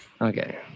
Okay